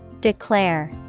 Declare